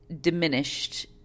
diminished